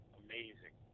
amazing